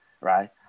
right